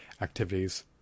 activities